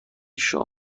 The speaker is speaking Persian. شما